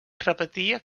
repetia